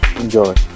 enjoy